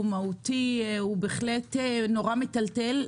הוא מהותי, הוא בהחלט נורא מטלטל.